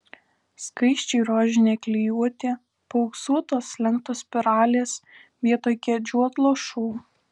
skaisčiai rožinė klijuotė paauksuotos lenktos spiralės vietoj kėdžių atlošų